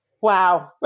wow